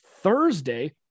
Thursday